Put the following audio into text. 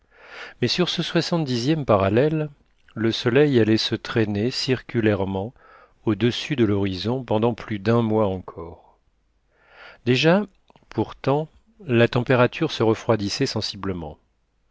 mais sur ce soixantedixième parallèle le soleil allait se traîner circulairement audessus de l'horizon pendant plus d'un mois encore déjà pourtant la température se refroidissait sensiblement